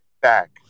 back